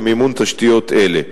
למימון תשתיות אלה.